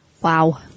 Wow